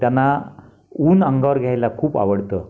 त्यांना ऊन अंगावर घ्यायला खूप आवडतं